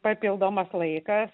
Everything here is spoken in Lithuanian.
papildomas laikas